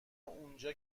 اونجا